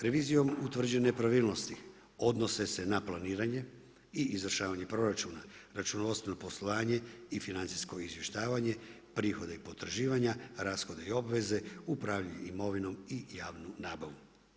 Revizijom utvrđene nepravilnosti odnose se na planiranje i izvršavanje proračuna, računovodstveno poslovanje i financijsko izvještavanje prihoda i potraživanja, rashoda i obveze, upravljanje imovinom i javnu nabavu.